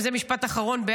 וזה משפט אחרון,